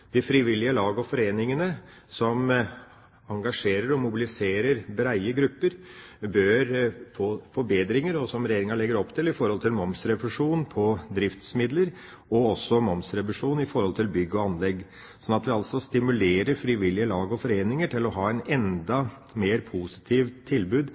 De frivillige lagene og foreningene som engasjerer og mobiliserer brede grupper, bør få, som Regjeringa legger opp til, momsrefusjon på driftsmidler og også momsrefusjon på bygg og anlegg. På den måten stimulerer vi frivillige lag og foreninger til å komme med enda mer positive tilbud